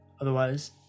Otherwise